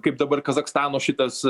kaip dabar kazachstano šitas